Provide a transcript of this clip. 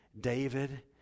david